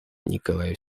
николай